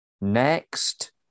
Next